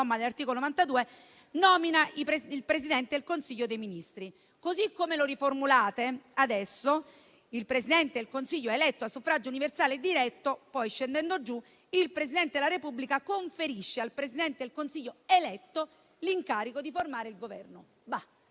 comma dell'articolo 92 - «nomina il Presidente del Consiglio dei Ministri». Così come lo riformulate adesso, «Il Presidente del Consiglio è eletto a suffragio universale e diretto»; poi, scendendo giù, «Il Presidente della Repubblica conferisce al Presidente del Consiglio eletto l'incarico di formare il Governo».